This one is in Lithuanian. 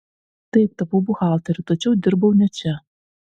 taip tapau buhalteriu tačiau dirbau ne čia